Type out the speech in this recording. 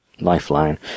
Lifeline